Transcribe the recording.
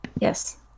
Yes